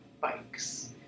bikes